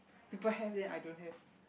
people have then I don't have